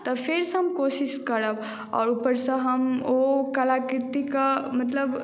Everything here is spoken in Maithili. तऽ फेरसँ हम कोशिश करब आओर ऊपरसँ हम ओ कलाकृतिके मतलब